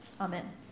Amen